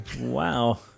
Wow